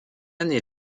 année